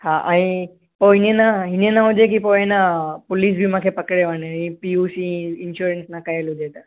हा ऐं पोइ ईअं न ईअं न हुजे की पोइ एन पुलिस बि मूंखे पकड़े वञे पी यू सी इंशोरंस न कयल हुजे त